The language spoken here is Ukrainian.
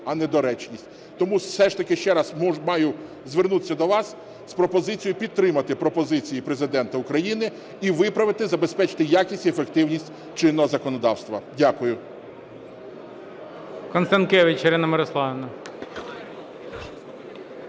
недоречність. Тому все ж таки, ще раз, маю звернутися до вас з пропозицією підтримати пропозиції Президента України і виправити, забезпечити якість і ефективність чинного законодавства. Дякую.